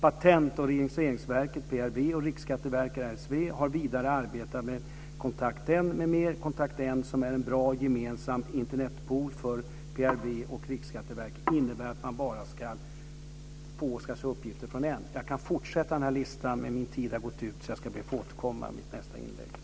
PRV och RSV, Riksskatteverket, har vidare arbetat med Kontakt-N, som är en bra gemensam Internetpool. Det innebär att man kan få uppgifter bara från Kontakt-N. Jag kan fortsätta med den här listan, men min talartid har gått ut. Jag ber att få återkomma i nästa inlägg.